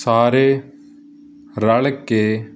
ਸਾਰੇ ਰਲ ਕੇ